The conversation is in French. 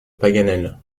paganel